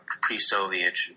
pre-soviet